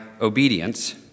obedience